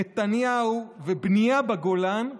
נתניהו ובנייה בגולן,